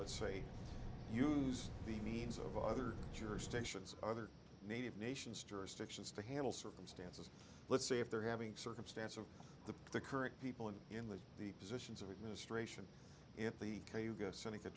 let's say use the means of other jurisdictions other native nations jurisdictions to handle circumstance let's say if they're having circumstance of the the current people and in the the positions of administration in the